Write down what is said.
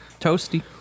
Toasty